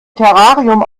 terrarium